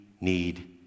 need